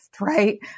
right